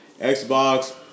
Xbox